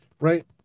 right